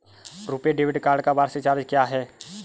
RuPay debit card का वार्षिक charge क्या है?